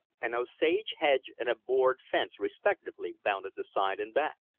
an osage hedge and a board fence respectively bounded the side and back.